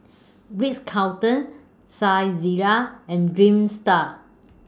Ritz Carlton Saizeriya and Dreamster